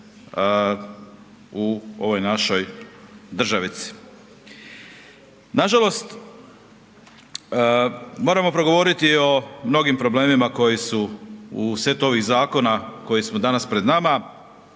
u ovoj našoj državici. Nažalost moramo progovoriti o mnogim problemima koji su u setu ovih zakona koji su danas pred nama.